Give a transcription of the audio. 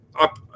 up